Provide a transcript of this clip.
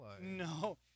No